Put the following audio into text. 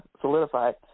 solidified